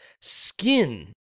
skin